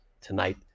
tonight